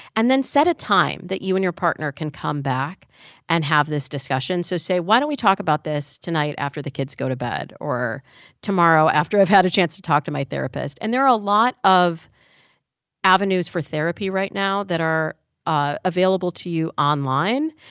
and then set a time that you and your partner can come back and have this discussion. so say, why don't we talk about this tonight after the kids go to bed or tomorrow after i've had a chance to talk to my therapist? and there are a lot of avenues for therapy right now that are ah available to you online.